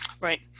Right